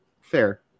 Fair